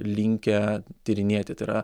linkę tyrinėti tai yra